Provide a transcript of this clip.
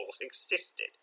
existed